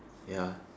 ya